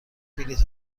بلیط